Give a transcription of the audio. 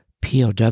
POW